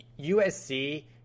USC